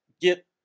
get